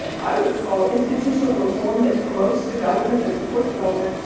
i would call, institutional reform that promotes development, that supports development,